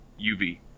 UV